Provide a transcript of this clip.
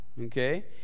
okay